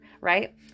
Right